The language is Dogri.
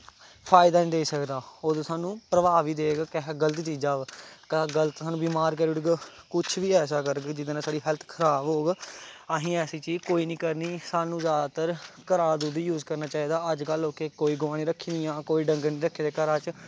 फायदा निं देई सकदा ओह् दुद्ध सानूं प्रभाव गै देग किसे गल्त चीज़ा दा गल्त सानूं बिमार करी ओड़ग कुछ बी ऐसा करग जेह्दे नै साढ़ै हैल्थ खराब होग असें ऐसी चीज़ कोई निं करनी सानूं जादातर घरा दा दुद्ध यूज़ करना चाहिदा अज्ज कल लोकें कोई गवां निं रक्खी दियां कोई डंगर निं रक्खे दे घरा च